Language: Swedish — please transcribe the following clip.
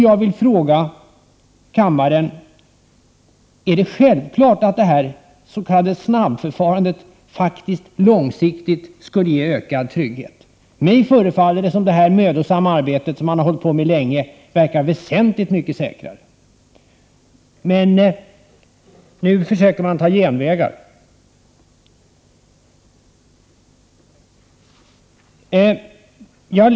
Jag vill fråga kammaren om det är självklart att det här s.k. snabbförfarandet långsiktigt ger ökad trygghet. Mig förfaller det som om det mödosamma arbetet som man har hållit på med länge är väsentligt mycket säkrare. Nu försöker man i stället ta genvägar.